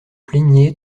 plaigniez